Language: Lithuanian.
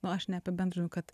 nu aš neapibendrinu kad